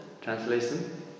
translation